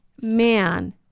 man